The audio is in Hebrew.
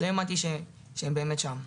לא האמנתי שהם באמת שם,